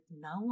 now